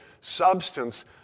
substance